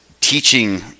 teaching